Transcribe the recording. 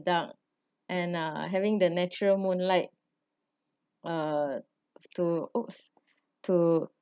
dark and uh having the natural moonlight uh to !oops! to